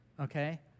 okay